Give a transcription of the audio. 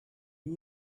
you